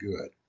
good